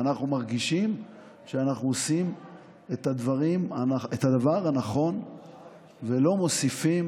אנחנו מרגישים שאנחנו עושים את הדבר הנכון ולא מוסיפים